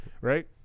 right